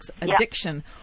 addiction